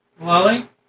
Lolly